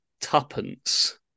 tuppence